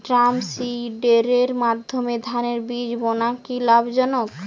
ড্রামসিডারের মাধ্যমে ধানের বীজ বোনা কি লাভজনক?